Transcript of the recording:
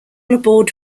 aboard